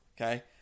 Okay